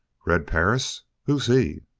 red perris? who's he?